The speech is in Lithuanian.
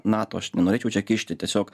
nato aš nenorėčiau čia kišti tiesiog